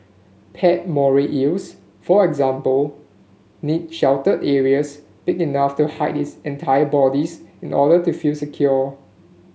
pet moray eels for example need sheltered areas big enough to hide its entire bodies in order to feel secure